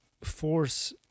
force